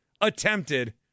attempted